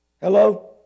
Hello